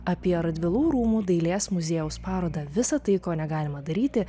apie radvilų rūmų dailės muziejaus parodą visa tai ko negalima daryti